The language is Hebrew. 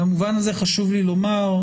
במובן הזה חשוב לי לומר,